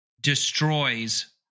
Destroys